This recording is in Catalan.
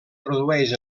produeix